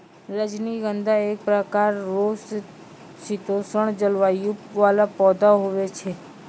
रजनीगंधा एक प्रकार रो शीतोष्ण जलवायु वाला पौधा हुवै छै